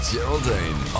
Geraldine